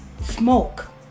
smoke